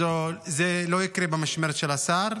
זה לא יקרה במשמרת של השר,